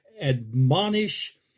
admonish